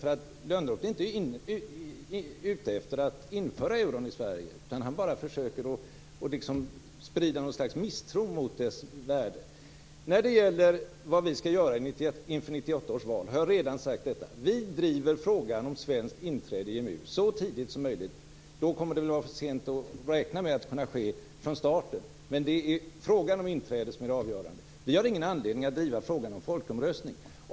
Lönnroth är ju inte ute efter att euron skall införas i Sverige, utan han försöker bara att sprida något slags misstro mot dess värde. När det gäller vad vi skall göra inför 1998 års val har jag redan sagt att vi skall driva frågan om svenskt inträde i EMU så tidigt som möjligt. Det är för sent att räkna med att det skall kunna ske från starten, men det är frågan om inträde som är den avgörande. Vi har ingen anledning att driva frågan om folkomröstning.